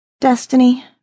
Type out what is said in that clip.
Destiny